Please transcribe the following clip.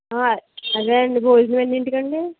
అదే అండి భోజనం ఎన్నింటికి అండి